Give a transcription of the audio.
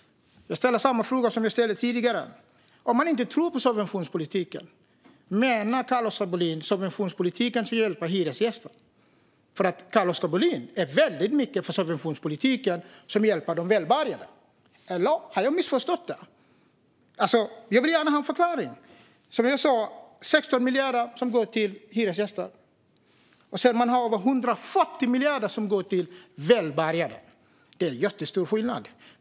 Jag ställer samma fråga som tidigare: Om han inte tror på subventionspolitiken, menar Carl-Oskar Bohlin då den subventionspolitik som ska hjälpa hyresgästerna? Carl-Oskar Bohlin är nämligen väldigt mycket för subventionspolitik som hjälper de välbärgade. Eller har jag missförstått något? Jag vill gärna ha en förklaring. Som jag sa är det 16 miljarder som går till hyresgäster, och sedan är det över 140 miljarder som går till välbärgade. Det är jättestor skillnad.